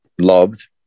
loved